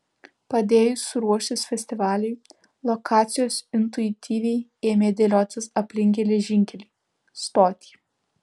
padėjus ruoštis festivaliui lokacijos intuityviai ėmė dėliotis aplink geležinkelį stotį